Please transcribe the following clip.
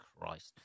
Christ